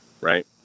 Right